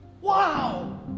Wow